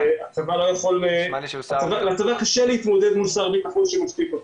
לצבא קשה להתמודד מול שר בטחון שמצדיק אותו.